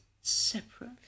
separate